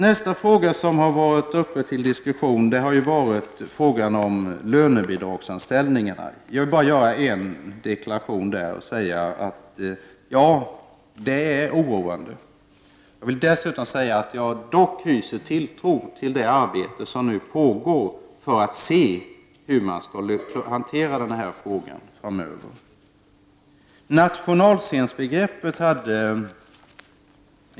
Nästa fråga som har varit uppe till diskussion har gällt lönebidragsanställningarna. Här vill jag bara gör en deklaration: Ja, det är oroande. Dessutom vill jag säga att jag dock hyser tilltro till det arbete som nu pågår för att komma underfund med hur man framdeles skall hantera frågan.